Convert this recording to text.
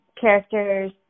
characters